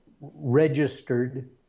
registered